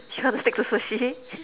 still want to stick to sushi